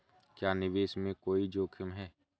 क्या निवेश में कोई जोखिम है?